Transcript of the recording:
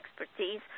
expertise